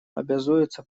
обязуется